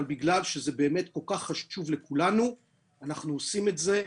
אבל מכיוון שזה כל כך חשוב לכולנו אנחנו עושים את זה.